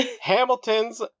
Hamilton's